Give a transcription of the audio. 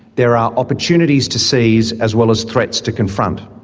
there are opportunities to seize as well as threats to confront.